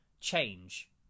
change